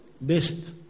best